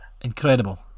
Incredible